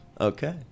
Okay